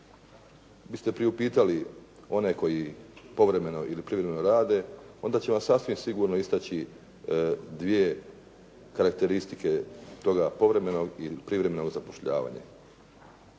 biste priupitali one koji povremeno ili privremeno rade, onda će vam sasvim sigurno istaći dvije karakteristike toga povremenog ili privremenog zapošljavanja.